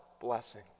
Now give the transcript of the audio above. blessing